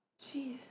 Jeez